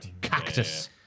Cactus